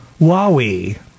Huawei